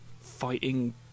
fighting